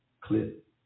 clip